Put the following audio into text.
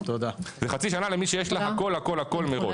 זה חצי שנה למי שיש לה הכל הכל הכל מראש.